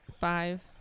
Five